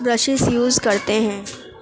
brushes use کرتے ہیں